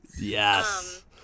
yes